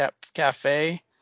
Cafe